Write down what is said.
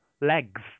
legs